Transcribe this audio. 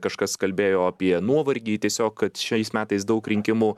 kažkas kalbėjo apie nuovargį tiesiog kad šiais metais daug rinkimų